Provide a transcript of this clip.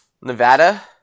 Nevada